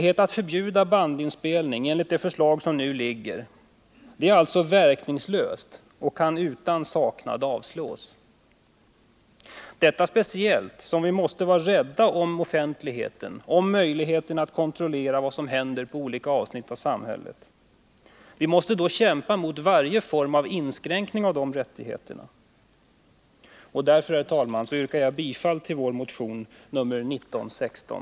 Ett förbud mot bandinspelning enligt detta förslag är alltså verkningslöst, och förslaget kan utan saknad avslås — detta speciellt som vi måste vara rädda om offentligheten och möjligheten att kontrollera vad som händer i olika delar av samhället. Vi måste då kämpa mot varje form av inskränkningar av de rättigheterna. Jag yrkar därför, herr talman, bifall till vår motion 1916.